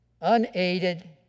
unaided